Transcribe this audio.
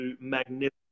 magnificent